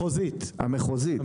המחוזית.